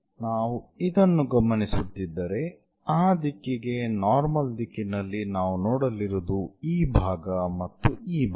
ನಾವು ಇದನ್ನು ಗಮನಿಸುತ್ತಿದ್ದರೆ ಆ ದಿಕ್ಕಿಗೆ ನಾರ್ಮಲ್ ದಿಕ್ಕಿನಲ್ಲಿ ನಾವು ನೋಡಲಿರುವುದು ಈ ಭಾಗ ಮತ್ತು ಈ ಭಾಗ